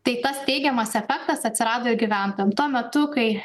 tai tas teigiamas efektas atsirado gyventojam tuo metu kai